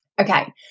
Okay